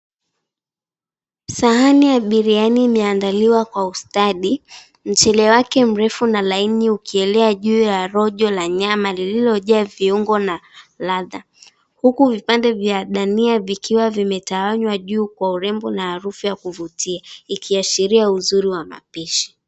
Sahani ya biriani imeandaliwa kwa ustadi. Mchele wake mrefu na laini ukielea juu ya rojo la nyama lillojaa viungo na ladha. Huku vipande vya dania vikiwa vimeetaarwa juu kwa urembo na harufu ya kuvutia ikiashiria uzuri wa mapishi.